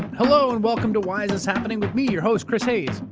hello and welcome to why is this happening? with me, your host, chris hayes.